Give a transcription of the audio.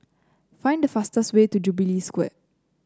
find the fastest way to Jubilee Square